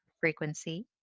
frequency